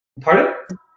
Pardon